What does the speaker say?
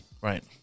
Right